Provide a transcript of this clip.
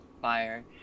fire